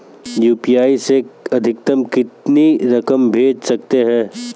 UPI से अधिकतम कितनी रकम भेज सकते हैं?